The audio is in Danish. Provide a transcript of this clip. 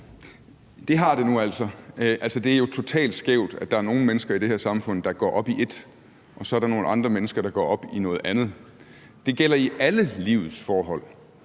Det har det nu altså. Altså, det er jo totalt skævt, at der er nogle mennesker i det her samfund, der går op i et, og så er der nogle andre mennesker, der går op i noget andet. Det gælder i alle livets forhold,